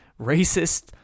racist